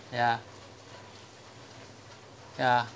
ya ya